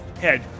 head